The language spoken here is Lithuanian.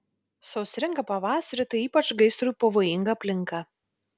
sausringą pavasarį tai ypač gaisrui pavojinga aplinka